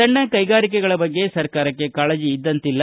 ಸಣ್ಣ ಕೈಗಾರಿಕೆಗಳ ಬಗ್ಗೆ ಸರ್ಕಾರಕ್ಕೆ ಕಾಳಜಿ ಇದ್ದತಿಂಲ್ಲ